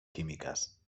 químicas